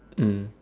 mm